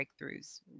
breakthroughs